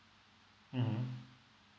mmhmm